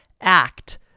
act